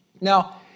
Now